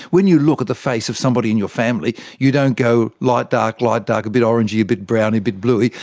when you look at the face of somebody in your family, you don't go light, dark, light, dark, a bit orangey, a bit browny, a bit bluey',